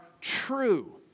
true